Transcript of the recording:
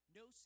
no